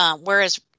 Whereas